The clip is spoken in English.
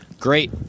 great